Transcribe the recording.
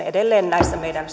edelleen näissä meidän